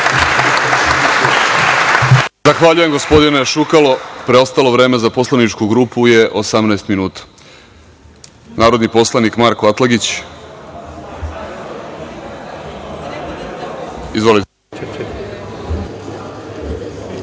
Zahvaljujem, gospodine Šukalo. Preostalo vreme za poslaničku grupu je 18 minuta. Reč ima narodni poslanik Marko Atlagić. Izvolite.